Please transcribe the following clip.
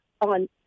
on